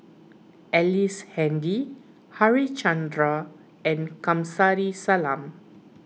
Ellice Handy Harichandra and Kamsari Salam